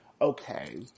okay